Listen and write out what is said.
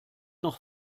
noch